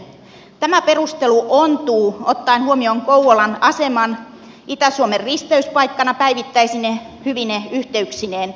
tämä perustelu ontuu ottaen huomioon kouvolan aseman itä suomen risteyspaikkana päivittäisine hyvine yhteyksineen